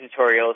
tutorials